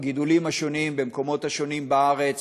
הגידולים השונים במקומות השונים בארץ